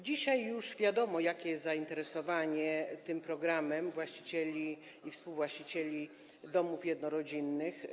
Dzisiaj już wiadomo, jakie jest zainteresowanie tym programem właścicieli i współwłaścicieli domów jednorodzinnych.